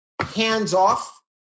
hands-off